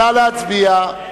נא להצביע.